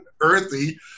earthy